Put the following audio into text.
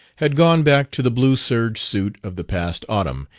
had gone back to the blue serge suit of the past autumn,